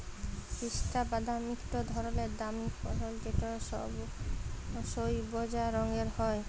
পিস্তা বাদাম ইকট ধরলের দামি ফসল যেট সইবজা রঙের হ্যয়